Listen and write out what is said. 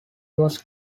was